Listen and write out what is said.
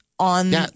on